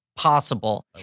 possible